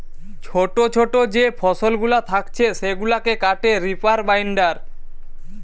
ছোটো ছোটো যে ফসলগুলা থাকছে সেগুলাকে কাটে রিপার বাইন্ডার